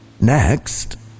Next